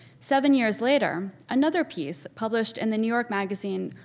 seven years later, another piece published in the new york magazine,